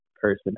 person